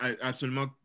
absolument